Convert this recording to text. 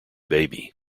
baby